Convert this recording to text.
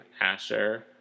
Asher